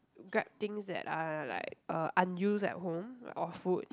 grab things that are like uh unused at home or food